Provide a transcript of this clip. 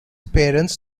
parents